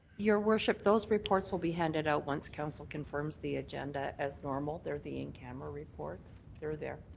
your worship, those reports will be handed out once council confirms the agenda as normal. they're the in-camera reports. they're there.